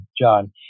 John